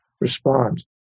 respond